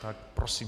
Tak prosím.